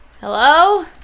hello